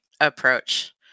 approach